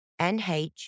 NH